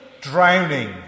drowning